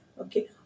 Okay